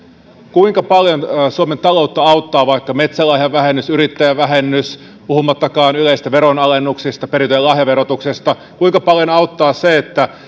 kuinka paljon suomen taloutta auttaa vaikka metsälahjavähennys yrittäjävähennys puhumattakaan yleisistä veronalennuksista perintö ja lahjaverotuksesta kuinka paljon auttaa se että